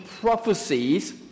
prophecies